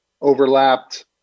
overlapped